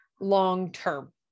long-term